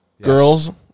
Girls